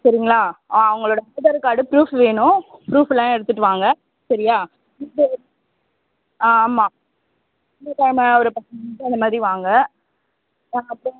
சரிங்களா ஆ அவங்களோட ஆதார் கார்டு ப்ரூஃப் வேணும் ப்ரூஃப்லாம் எடுத்துட்டு வாங்க சரியா ஆ ஆமாம் திங்ககிழமை ஒரு பத்து மணிக்கு அந்தமாதிரி வாங்க ஆ அப்புறம் வந்து